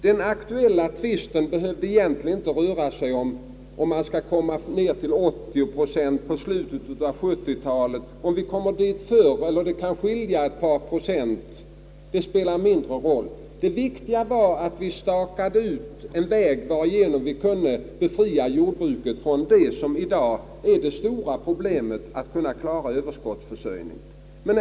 Den aktuella tvisten behöver egentligen inte röra sig om huruvida självförsörjningsgraden minskar till 80 procent i slutet av 1970-talet — om vi når det resultatet tidigare eller det kan bli en skillnad på ett par procent, spelar ju mindre roll — utan det viktiga är att staka ut en väg på vilken vi kan befria jordbruket från det som i dag är det stora problemet, nämligen frågan om överskottsförsörjningen.